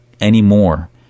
anymore